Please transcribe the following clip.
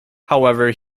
however